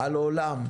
חודשים.